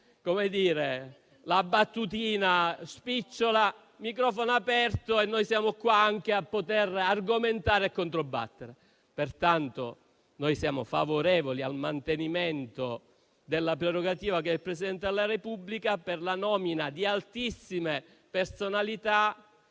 non come battutine spicciole, ma a microfono attivo, perché noi siamo qui anche per argomentare e controbattere. Noi pertanto siamo favorevoli al mantenimento della prerogativa del Presidente della Repubblica per la nomina di altissime personalità